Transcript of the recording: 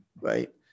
right